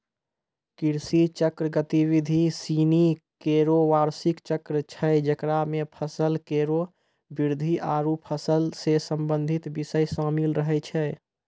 कृषि चक्र गतिविधि सिनी केरो बार्षिक चक्र छै जेकरा म फसल केरो वृद्धि आरु फसल सें संबंधित बिषय शामिल रहै छै